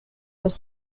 was